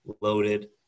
loaded